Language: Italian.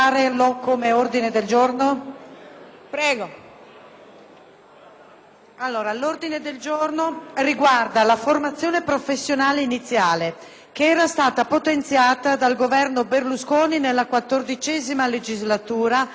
ordine del giorno, che riguarda la formazione professionale iniziale che era stata potenziata dal Governo Berlusconi nella XIV legislatura, autorizzando i percorsi sperimentali di durata triennale,